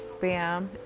spam